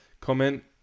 comment